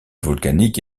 volcanique